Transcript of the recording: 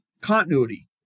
continuity